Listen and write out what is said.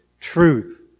Truth